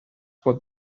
what